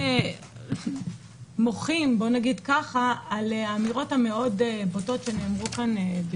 די מוחים על האמירות המאוד בוטות שנאמרו פה על